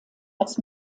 als